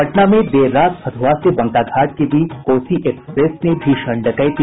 पटना में देर रात फतुहा से बंका घाट के बीच कोसी एक्सप्रेस में भीषण डकैती